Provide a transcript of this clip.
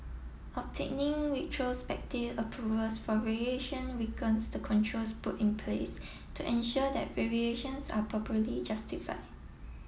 obtaining retrospective approvals for variation weakens the controls put in place to ensure that variations are properly justify